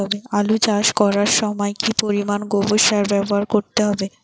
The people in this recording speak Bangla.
আলু চাষ করার সময় কি পরিমাণ গোবর সার ব্যবহার করতে হবে?